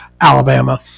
Alabama